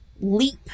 leap